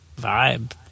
vibe